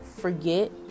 forget